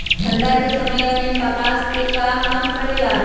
ठंडा के समय मे कपास का काम करेला?